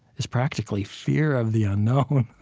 it's practically fear of the unknown.